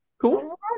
Cool